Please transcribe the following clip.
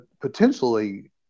potentially